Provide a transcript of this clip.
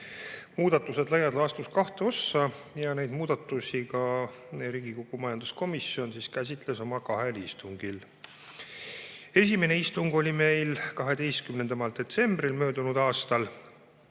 jagunevad laias laastus kahte ossa ja neid muudatusi Riigikogu majanduskomisjon käsitles oma kahel istungil. Esimene istung oli meil 12. detsembril möödunud aastal.